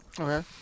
Okay